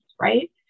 right